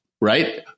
Right